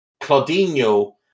Claudinho